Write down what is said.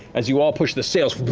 as you all push the sails,